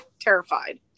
terrified